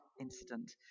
incident